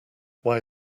why